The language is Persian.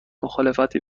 مخالفتی